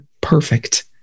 perfect